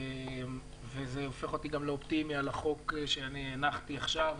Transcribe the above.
וזה הופך אותי גם לאופטימי על החוק שאני הנחתי עכשיו,